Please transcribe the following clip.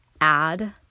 Add